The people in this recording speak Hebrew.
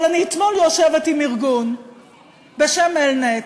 אבל אני אתמול יושבת עם ארגון בשם ELNET,